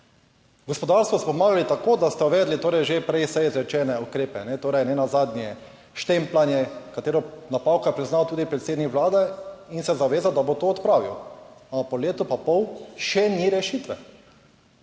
gospodarstvu smo pomagali tako, da ste uvedli torej že prej vse izrečene ukrepe, torej nenazadnje štempljanje, katero napako je priznal tudi predsednik Vlade in se zavezal, da bo to odpravil, ampak po letu pa pol še ni rešitve.